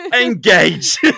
engage